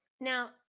Now